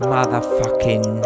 Motherfucking